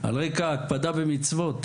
על רקע ההקפדה במצוות,